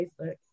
Facebook